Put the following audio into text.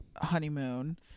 Honeymoon